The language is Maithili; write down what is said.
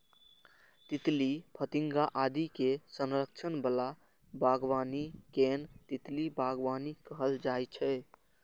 तितली, फतिंगा आदि के संरक्षण बला बागबानी कें तितली बागबानी कहल जाइ छै